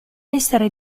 essere